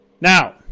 Now